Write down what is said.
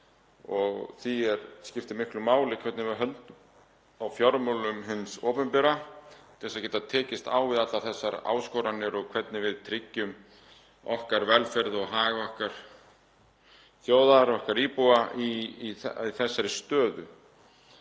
Því skiptir miklu máli hvernig við höldum á fjármálum hins opinbera til að geta tekist á við allar þessar áskoranir og hvernig við tryggjum okkar velferð og hag okkar þjóðar, okkar íbúa, í þessari stöðu.